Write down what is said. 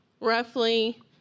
roughly